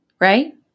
Right